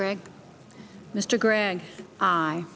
greg mr greg i